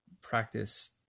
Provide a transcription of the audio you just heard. practice